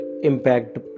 Impact